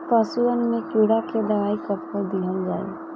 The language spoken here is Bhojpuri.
पशुअन मैं कीड़ा के दवाई कब कब दिहल जाई?